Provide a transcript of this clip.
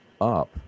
up